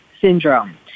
syndrome